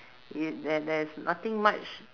y~ there there's nothing much